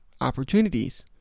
opportunities